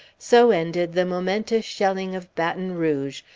so ended the momentous shelling of baton rouge,